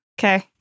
Okay